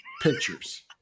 pictures